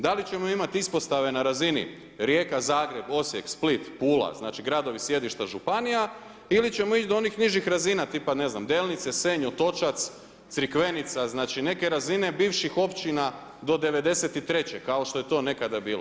Da li ćemo imati ispostave na razini Rijeka-Zagreb-Osijek-Split-Pula, znači gradovi sjedište županija ili ćemo ići do onih nižih razina, tipa ne znam, Delnice, Senj, Otočac, Crikvenica, znači neke razine bivših općina do 93., kao što je to nekada bilo.